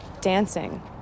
dancing